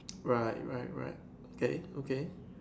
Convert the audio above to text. right right right okay okay